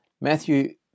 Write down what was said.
Matthew